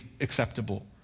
acceptable